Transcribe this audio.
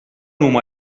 huma